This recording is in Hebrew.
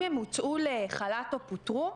אם הם הוצאו לחל"ת או פוטרו,